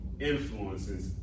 influences